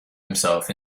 himself